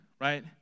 right